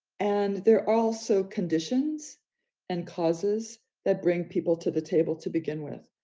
and there are also conditions and causes that bring people to the table to begin with.